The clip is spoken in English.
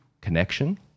connection